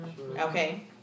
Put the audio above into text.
Okay